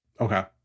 Okay